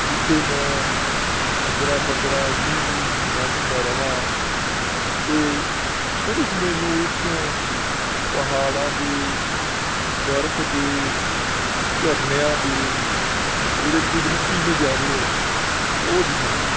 ਜਿੱਥੇ ਮੈਂ ਪੰਦਰਾਂ ਪੰਦਰਾਂ ਵੀਹ ਵੀਹ ਮਹੀਨਾ ਮਹੀਨਾ ਰਹਾਂ ਅਤੇ ਸਿਰਫ ਮੈਨੂੰ ਉੱਥੋਂ ਪਹਾੜਾਂ ਦੀ ਬਰਫ ਦੀ ਝਰਨਿਆਂ ਦੀ ਜਿਹੜੇ ਕੁਦਰਤੀ ਨਜ਼ਾਰੇ ਹੈ ਉਹ ਦਿਖਣ